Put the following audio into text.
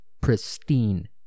pristine